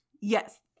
Yes